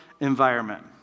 environment